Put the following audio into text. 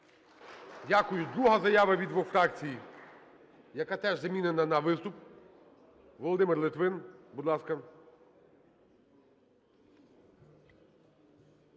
Дякую. Друга заява від двох фракцій, яка теж замінена на виступ. Володимир Литвин, будь ласка.